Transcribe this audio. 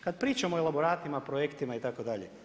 Kad pričamo o elaboratima, projektima itd.